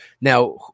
Now